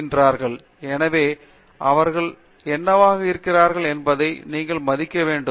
சக்ரவர்த்தி எனவே அவர்கள் என்னவாக இருக்கிறார்கள் என்பதை நீங்கள் மதிக்க வேண்டும்